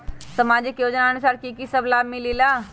समाजिक योजनानुसार कि कि सब लाब मिलीला?